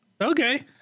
Okay